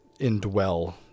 indwell